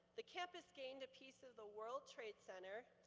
the campus gained a piece of the world trade center,